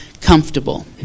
comfortable